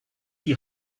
die